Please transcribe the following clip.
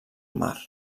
mar